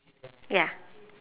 ya